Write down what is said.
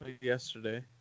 Yesterday